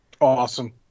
Awesome